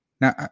Now